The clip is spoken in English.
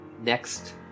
Next